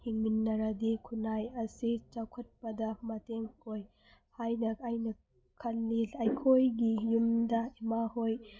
ꯍꯤꯡꯃꯤꯟꯅꯔꯗꯤ ꯈꯨꯟꯅꯥꯏ ꯑꯁꯤ ꯆꯥꯎꯈꯠꯄꯗ ꯃꯇꯦꯡ ꯑꯣꯏ ꯍꯥꯏꯅ ꯑꯩꯅ ꯈꯟꯂꯤ ꯑꯩꯈꯣꯏꯒꯤ ꯌꯨꯝꯗ ꯏꯃꯥ ꯍꯣꯏ